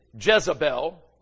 Jezebel